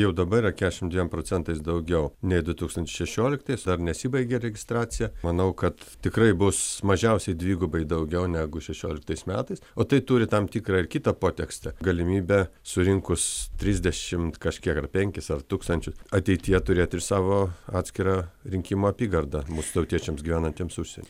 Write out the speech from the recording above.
jau dabar yra kesšim dviem procentais daugiau nei du tūkstančiai šešioliktais dar nesibaigė registracija manau kad tikrai bus mažiausiai dvigubai daugiau negu šešioliktais metais o tai turi tam tikrą ir kitą potekstę galimybę surinkus trisdešimt kažkiek ar penkis ar tūkstančių ateityje turėt ir savo atskirą rinkimų apygardą mūsų tautiečiams gyvenantiems užsieny